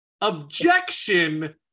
objection